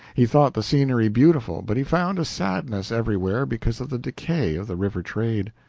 he thought the scenery beautiful, but he found a sadness everywhere because of the decay of the river trade.